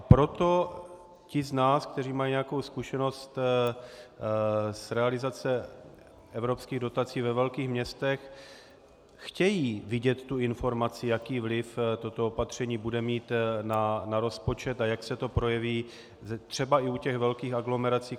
Proto ti z nás, kteří mají nějakou zkušenost z realizace evropských dotací ve velkých městech, chtějí vidět tu informaci, jaký vliv toto opatření bude mít na rozpočet a jak se to projeví třeba i u těch velkých aglomerací.